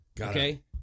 okay